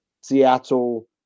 Seattle